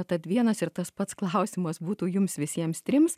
tad vienas ir tas pats klausimas būtų jums visiems trims